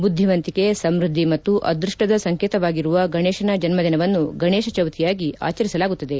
ಬುದ್ದಿವಂತಿಕೆ ಸಮೃದ್ದಿ ಮತ್ತು ಅದೃಷ್ಷದ ಸಂಕೇತವಾಗಿರುವ ಗಣೇಶನ ಜನ್ಮದಿನವನ್ನು ಗಣೇಶ ಚೌತಿಯಾಗಿ ಆಚರಿಸಲಾಗುತ್ತದೆ